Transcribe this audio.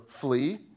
flee